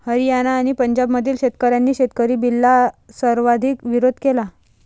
हरियाणा आणि पंजाबमधील शेतकऱ्यांनी शेतकरी बिलला सर्वाधिक विरोध केला